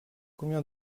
combien